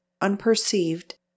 unperceived